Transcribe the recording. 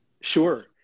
Sure